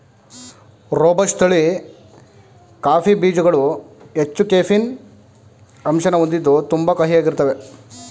robusta ತಳಿ coffee ಬೀಜ್ಗಳು ಹೆಚ್ಚು ಕೆಫೀನ್ ಅಂಶನ ಹೊಂದಿದ್ದು ತುಂಬಾ ಕಹಿಯಾಗಿರ್ತಾವೇ